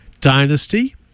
dynasty